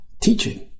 teaching